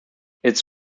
its